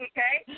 Okay